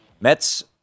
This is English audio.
Mets